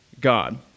God